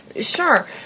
Sure